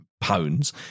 pounds